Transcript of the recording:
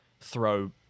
throw